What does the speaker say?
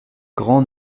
grands